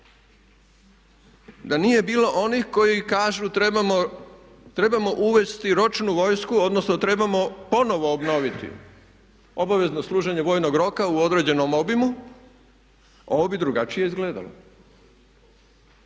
Da nije bilo onih koji kažu trebamo uvesti ročnu vojsku, odnosno trebamo ponovno obnoviti obavezno služenje vojnog roka u određenom obimu ovo bi drugačije izgledalo